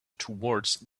toward